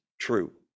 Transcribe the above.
true